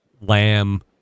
lamb